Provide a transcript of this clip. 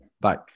Bye